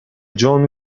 joe